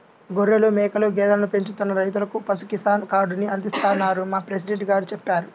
గొర్రెలు, మేకలు, గేదెలను పెంచుతున్న రైతులకు పశు కిసాన్ కార్డుని అందిస్తున్నారని మా ప్రెసిడెంట్ గారు చెప్పారు